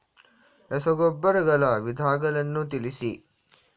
ರಸಗೊಬ್ಬರಗಳ ವಿಧಗಳನ್ನು ತಿಳಿಸಿ?